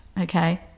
okay